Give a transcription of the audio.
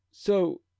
So